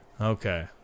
Okay